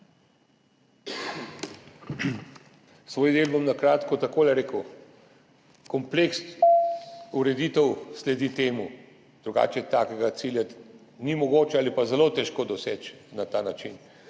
Svoj del bom na kratko rekel tako. Kompleks ureditve sledi temu, drugače takega cilja ni mogoče doseči ali pa ga je zelo težko doseči na ta način.